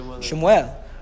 Shemuel